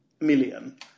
million